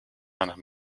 meiner